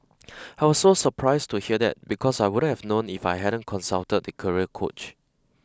I was so surprised to hear that because I wouldn't have known if I hadn't consulted the career coach